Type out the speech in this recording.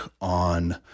on